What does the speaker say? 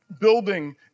building